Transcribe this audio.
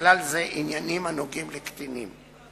ובכלל זה עניינים הנוגעים לקטינים.